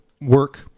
work